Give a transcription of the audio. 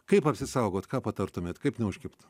kaip apsisaugot ką patartumėt kaip neužkibt